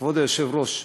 כבוד היושב-ראש,